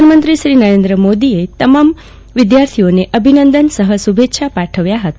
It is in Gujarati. પ્રધાનમંત્રીશ્રી નરેન્દ્ર મોદીએ તમામ વિધાર્થીઓને અભિનંદન સફ શુભેચ્છા પાઠવ્યા છે